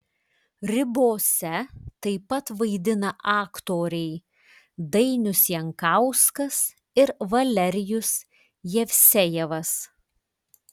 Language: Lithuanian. ribose taip pat vaidina aktoriai dainius jankauskas ir valerijus jevsejevas